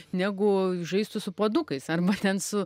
negu žaistų su puodukais arba ten su